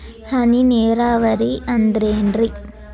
ಹನಿ ನೇರಾವರಿ ಅಂದ್ರೇನ್ರೇ?